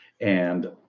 and-